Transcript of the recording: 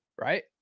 right